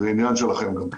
וזה עניין גם שלכם גם כן,